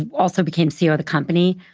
also became ceo of the company,